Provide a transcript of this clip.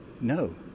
No